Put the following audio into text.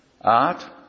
art